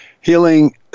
Healing